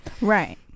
right